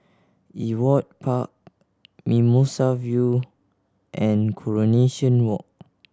Ewart Park Mimosa View and Coronation Walk